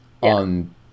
on